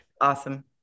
Awesome